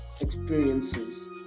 Experiences